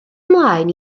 ymlaen